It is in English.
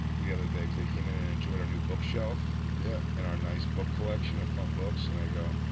the other day, cause they came in and enjoyed our new bookshelf. yeah. and our nice book collection of fun books, and i go,